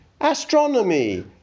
astronomy